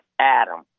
Adam